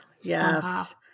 Yes